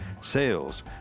sales